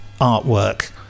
Artwork